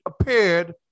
appeared